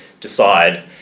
decide